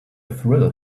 thrill